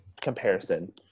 comparison